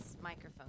microphone